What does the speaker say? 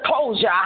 closure